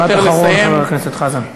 משפט אחרון, חבר הכנסת חזן.